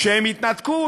כשהם התנתקו,